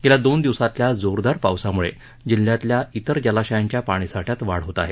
गेल्या दोन दिवसातल्या जोरदार पावसामुळे जिल्ह्यातल्या इतर जलाशयांच्या पाणीसाठ्यात वाढ होत आहे